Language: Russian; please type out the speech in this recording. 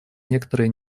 некоторые